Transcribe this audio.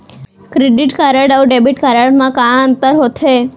Credit card अऊ debit card मा का अंतर होथे?